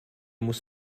muss